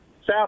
South